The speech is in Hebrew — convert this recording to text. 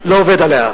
לא עובד עליה.